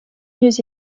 mieux